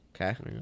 Okay